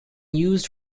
used